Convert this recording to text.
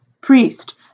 priest